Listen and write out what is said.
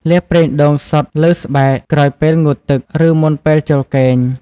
លាបប្រេងដូងសុទ្ធលើស្បែកក្រោយពេលងូតទឹក ឬមុនពេលចូលគេង។